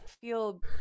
feel